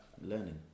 learning